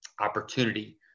opportunity